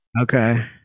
Okay